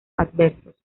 adversos